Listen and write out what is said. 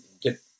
get